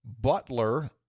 Butler